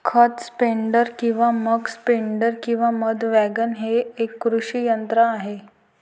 खत स्प्रेडर किंवा muck spreader किंवा मध वॅगन हे एक कृषी यंत्र आहे